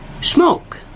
smoke